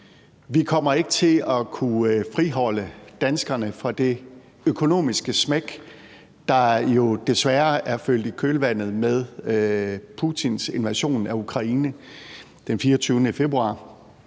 Vi kommer ikke til at kunne friholde danskerne for det økonomiske smæk, der jo desværre er fulgt i kølvandet på Putins invasion af Ukraine af den 24. februar.